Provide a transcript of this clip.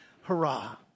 hurrah